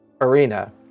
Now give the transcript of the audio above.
arena